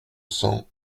cents